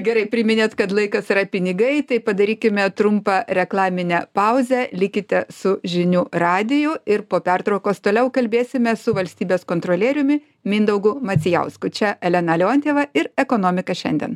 gerai priminėti kad laikas yra pinigai tai padarykime trumpą reklaminę pauzę likite su žinių radiju ir po pertraukos toliau kalbėsime su valstybės kontrolieriumi mindaugu macijausku čia elena leontjeva ir ekonomika šiandien